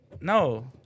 No